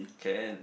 can